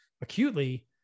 acutely